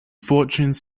fortunes